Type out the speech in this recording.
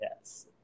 Yes